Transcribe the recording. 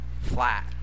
Flat